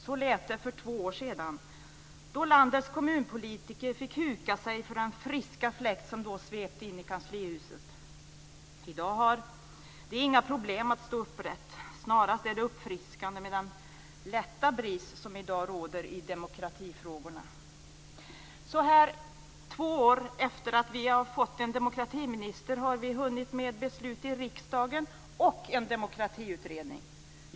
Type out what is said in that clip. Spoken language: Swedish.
Så lät det för två år sedan då landets kommunpolitiker fick huka sig för den friska fläkt som svepte in i kanslihuset. I dag har de inga problem med att stå upprätt. Snarast är det uppfriskande med den lätta bris som i dag råder i demokratifrågorna. Nu två år efter det att vi har fått en demokratiminister har vi hunnit med både beslut i riksdagen och en demokratiutredning.